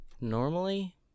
normally